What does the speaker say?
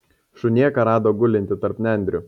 šunėką rado gulintį tarp nendrių